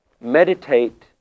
Meditate